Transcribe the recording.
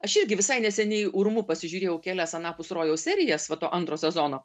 aš irgi visai neseniai urmu pasižiūrėjau kelias anapus rojaus serijas va to antro sezono